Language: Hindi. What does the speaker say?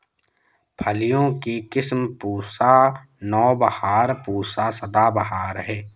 फलियों की किस्म पूसा नौबहार, पूसा सदाबहार है